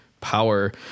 power